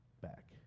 back